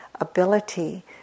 ability